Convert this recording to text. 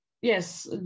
yes